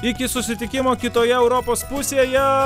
iki susitikimo kitoje europos pusėje